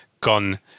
gone